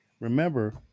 Remember